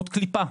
זאת קליפה,